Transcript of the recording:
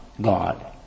God